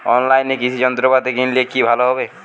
অনলাইনে কৃষি যন্ত্রপাতি কিনলে কি ভালো হবে?